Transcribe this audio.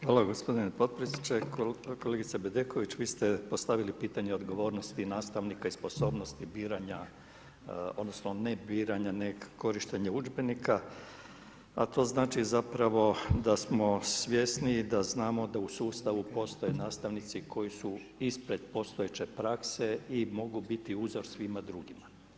Hvala gospodine potpredsjedniče, kolegice Bedeković, Vi ste postavili pitanje odgovornosti nastavnika i sposobnosti biranja odnosno ne biranja neg korištenje udžbenika, a to znači zapravo da smo svjesniji da u sustavu postoje nastavnici koji su ispred postojeće prakse i mogu biti uzor svima drugima.